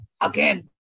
Again